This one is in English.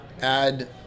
add